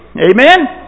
Amen